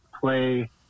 play